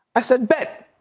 i said bet